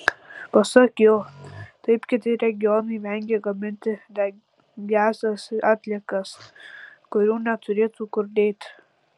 pasak jo taip kiti regionai vengia gaminti degiąsias atliekas kurių neturėtų kur dėti